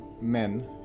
men